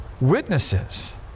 witnesses